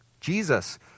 Jesus